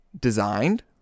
designed